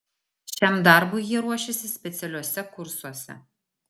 šiam darbui jie ruošiasi specialiuose kursuose